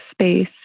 space